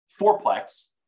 fourplex